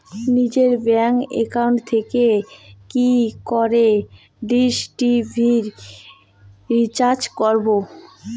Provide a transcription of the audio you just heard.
নিজের bank account থেকে কি করে ডিশ টি.ভি রিচার্জ করবো?